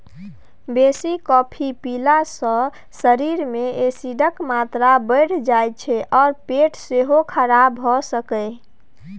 बेसी कॉफी पीला सँ शरीर मे एसिडक मात्रा बढ़ि जाइ छै आ पेट सेहो खराब भ सकैए